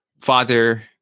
father